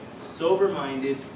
sober-minded